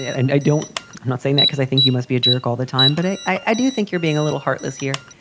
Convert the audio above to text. and i don't i'm not saying that cause i think he must be a jerk all the time. but i i do think you're being a little heartless here.